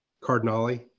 Cardinale